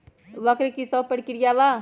वक्र कि शव प्रकिया वा?